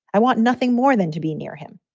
i want nothing more than to be near him.